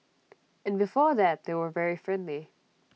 and before that they were very friendly